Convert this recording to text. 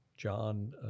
John